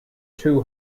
two